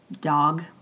dog